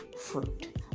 fruit